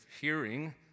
hearing